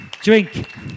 Drink